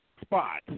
spot